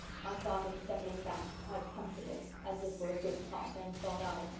i saw him settling back quite comfortable, as if for a good talk, and thought i,